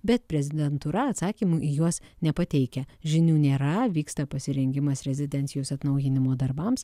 bet prezidentūra atsakymų į juos nepateikia žinių nėra vyksta pasirengimas rezidencijos atnaujinimo darbams